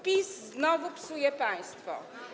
PiS znowu psuje państwo.